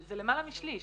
זה למעלה משליש.